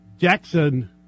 Jackson